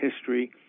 history